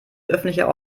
öffentlicher